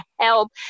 help